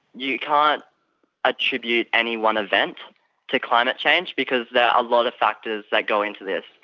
you can't attribute any one event to climate change because there are a lot of factors that go into this.